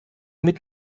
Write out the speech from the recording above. mit